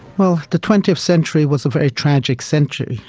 well, the twentieth century was a very tragic century,